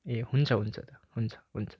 ए हुन्छ हुन्छ दा हुन्छ